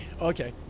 Okay